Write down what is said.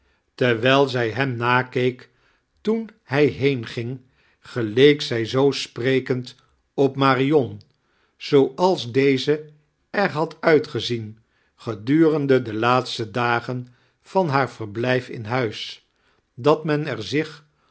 terwijl zij hem nokeek toen hij heanging geileek zij zoo sprekend op marion zooals deze er had uitgezien gedurende de laatete dagen van haar verblijf in huis dat men er zich